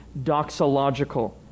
doxological